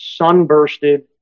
sunbursted